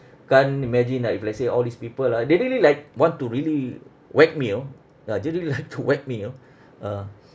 can't imagine lah if let's say all these people ah they really like want to really whack me you know ah they really like to whack me you know uh